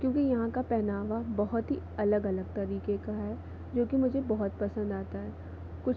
क्योंकि यहाँ का पहनावा बहुत ही अलग अलग तरीके का है जोकि मुझे बहुत पसंद आता है कुछ